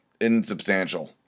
insubstantial